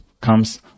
comes